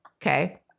Okay